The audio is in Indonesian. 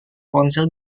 ponsel